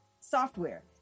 software